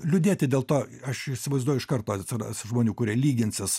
liūdėti dėl to aš įsivaizduoju iš karto atsiras žmonių kurie lyginsis